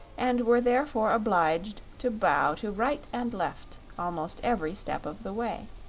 and were therefore obliged to bow to right and left almost every step of the way.